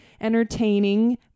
entertaining